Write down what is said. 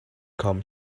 come